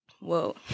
whoa